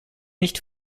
nicht